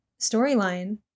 storyline